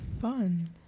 fun